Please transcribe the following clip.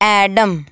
adam